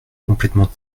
complètement